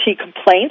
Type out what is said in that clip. complaints